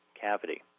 cavity